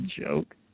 joke